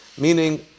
meaning